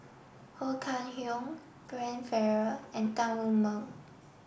Ho Kah Leong Brian Farrell and Tan Wu Meng